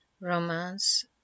Romance